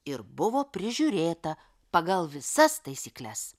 ir buvo prižiūrėta pagal visas taisykles